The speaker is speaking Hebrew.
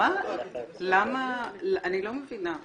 אני לא מבינה.